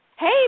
Hey